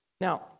now